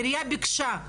העירייה ביקשה,